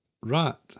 Rat